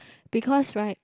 because right